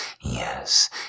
yes